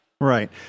Right